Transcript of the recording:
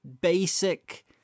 basic